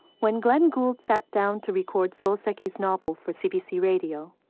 when glenn gould sat down to record soseki's novel for cbc radio,